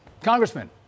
Congressman